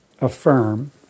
affirm